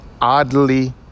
oddly